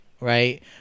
right